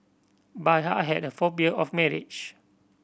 but I had a phobia of marriage